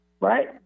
right